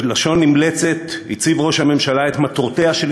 בלשון נמלצת הציב ראש הממשלה את מטרותיה של